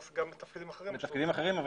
לתפקידים אחרים.